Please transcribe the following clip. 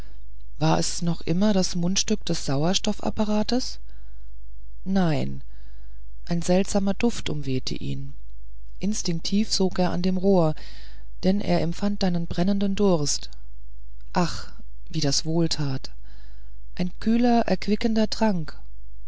war es noch immer das mundstück des sauerstoffapparats nein ein seltsamer duft umwehte ihn instinktiv sog er an dem rohr denn er empfand einen brennenden durst ach wie das wohltat ein kühler erquickender trank